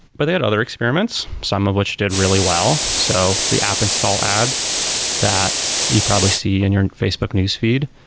but they had other experiments. some of which did really well. so the app install ads that you probably see in your facebook newsfeed,